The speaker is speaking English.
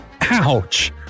Ouch